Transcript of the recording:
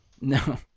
No